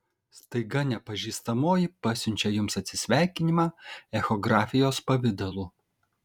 staiga nepažįstamoji pasiunčia jums atsisveikinimą echografijos pavidalu